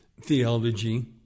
theology